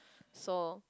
so